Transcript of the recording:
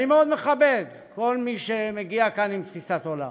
אני מאוד מכבד כל מי שמגיע כאן עם תפיסת עולם.